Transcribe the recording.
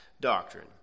doctrine